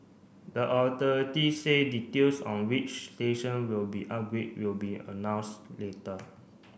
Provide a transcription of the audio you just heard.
the authority say details on which station will be upgrade will be announced later